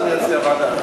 אני אציע ועדה אחרת.